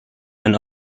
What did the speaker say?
and